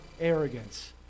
arrogance